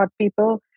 people